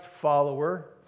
follower